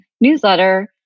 newsletter